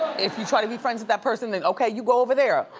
if you try to be friends with that person, then, okay, you go over there.